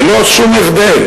ללא שום הבדל